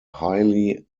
highly